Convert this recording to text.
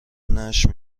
نشر